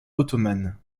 ottomane